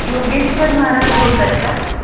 योगेश्वर महाराज बोलत आहेत का